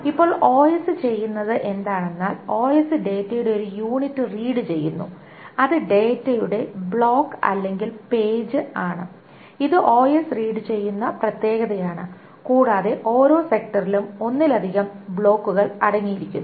ഇപ്പോൾ OS ചെയ്യുന്നത് എന്താണെന്നാൽ OS ഡാറ്റയുടെ ഒരു യൂണിറ്റ് റീഡ് ചെയ്യുന്നു അത് ഡാറ്റയുടെ ബ്ലോക്ക് അല്ലെങ്കിൽ പേജ് ആണ് ഇത് OS റീഡ് ചെയ്യുന്ന പ്രത്യേകതയാണ് കൂടാതെ ഓരോ സെക്ടറിലും ഒന്നിലധികം ബ്ലോക്കുകൾ അടങ്ങിയിരിക്കുന്നു